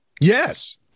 Yes